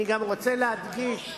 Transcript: אני גם רוצה להדגיש